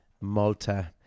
Malta